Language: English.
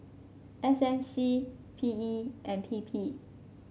S M C P E and P P